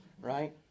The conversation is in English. Right